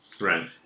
right